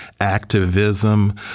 activism